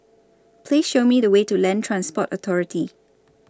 Please Show Me The Way to Land Transport Authority